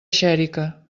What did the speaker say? xèrica